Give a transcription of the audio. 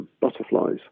butterflies